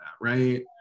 right